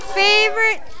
favorite